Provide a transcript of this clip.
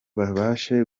babashe